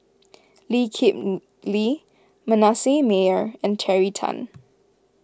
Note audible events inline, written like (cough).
Lee Kip (hesitation) Lee Manasseh Meyer and Terry Tan